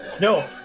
no